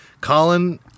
colin